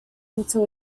until